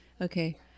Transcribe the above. okay